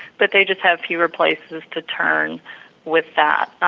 but they just have fewer places to turn with that,